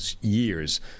years